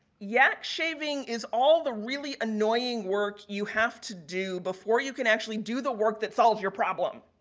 yak shaving is all the really annoying work you have to do before you can actually do the work that solves your problem.